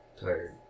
Tired